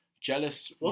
jealous